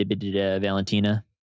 Valentina